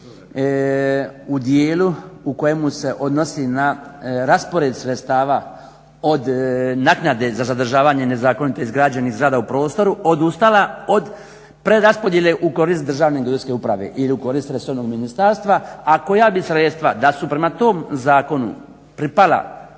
u dijelu u kojemu se odnosi na raspored sredstava od naknade za zadržavanje nezakonito izgrađenih zgrada u prostoru odustala od preraspodjele u korist Državne geodetske uprave ili u korist resornog ministarstva, a koja bi sredstva da su prema tom zakonu pripala